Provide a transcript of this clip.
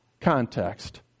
context